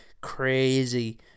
crazy